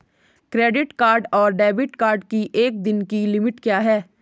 Credit card और debit card की एक दिन की लिमिट क्या है?